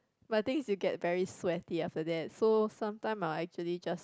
but I think it get very sweating after that so sometimes I actually just